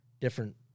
different